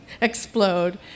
explode